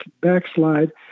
backslide